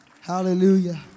Hallelujah